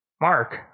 Mark